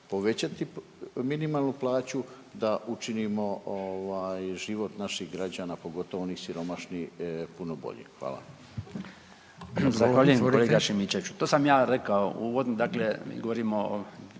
povećati minimalnu plaću, da učinimo život naših građana, pogotovo onih siromašnih puno bolje. Hvala.